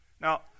Now